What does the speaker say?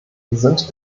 sind